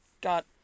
got